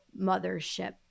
mothership